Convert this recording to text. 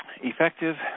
effective